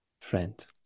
friend